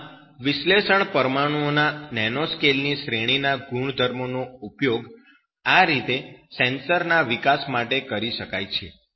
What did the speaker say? આમ વિશ્લેષણ પરમાણુઓના નેનો સ્કેલની શ્રેણીના ગુણધર્મોનો ઉપયોગ આ રીતે સેન્સર ના વિકાસ માટે કરી શકાય છે